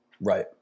Right